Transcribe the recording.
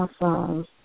awesome